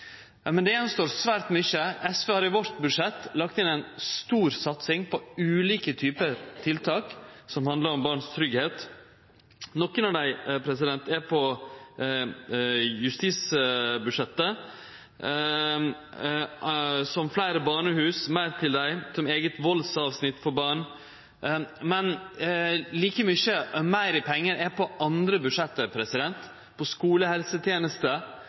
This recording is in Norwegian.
svært mykje. SV har i sitt budsjett lagt inn ei stor satsing på ulike typar tiltak som handlar om tryggleiken til barn. Nokre av dei er på justisbudsjettet, som f.eks. fleire barnehus og meir til dei og eit eige valdsavsnitt for barn. Men når det gjeld meir pengar, er det like mykje på andre budsjett: